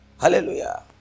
Hallelujah